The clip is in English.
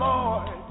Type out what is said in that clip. Lord